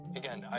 again